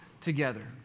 together